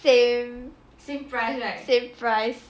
same same price